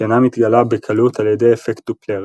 שאינה מתגלה בקלות על ידי אפקט דופלר,